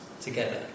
together